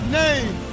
name